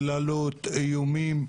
קללות ואיומים.